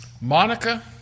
Monica